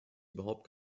überhaupt